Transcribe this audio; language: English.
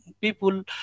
people